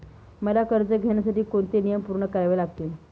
मला कर्ज घेण्यासाठी कोणते नियम पूर्ण करावे लागतील?